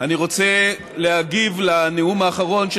אני רוצה להגיב על הנאום האחרון,